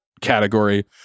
category